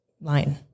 line